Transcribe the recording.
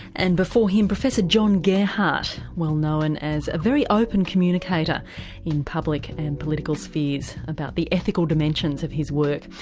and before him professor john gearhart, well known as a very open communicator in public and political spheres about the ethical dimensions of his work.